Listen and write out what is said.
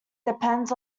depends